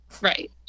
Right